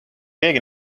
keegi